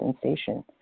sensation